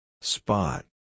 Spot